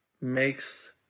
makes